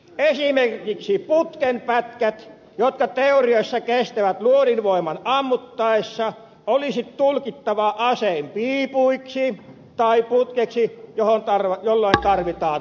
esimerkiksi putken pätkät jotka teoriassa kestävät luodin voiman ammuttaessa olisivat tulkittavissa aseen piipuiksi tai putkeksi jolloin tarvitaan lupa